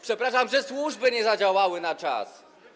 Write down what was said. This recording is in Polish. Przepraszam, że służby nie zadziałały na czas.